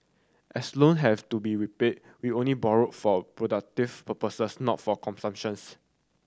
as loan have to be repaid we only borrowed for productive purpose not for consumption's